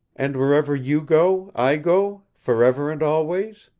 and wherever you go, i go forever and always?